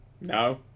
No